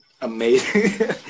amazing